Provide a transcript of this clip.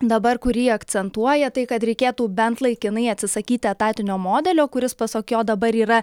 dabar kurį akcentuoja tai kad reikėtų bent laikinai atsisakyti etatinio modelio kuris pasak jo dabar yra